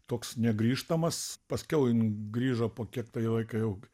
toks negrįžtamas paskiau jin grįžo po kiek tai laiko jau